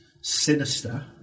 sinister